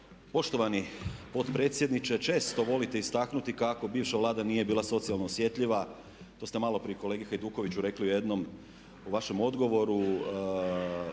Poštovani potpredsjedniče, često volite istaknuti kako bivša Vlada nije bila socijalno osjetljiva, to ste maloprije kolegi Hajdukoviću rekli u jednom vašem odgovoru.